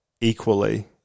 equally